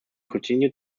continue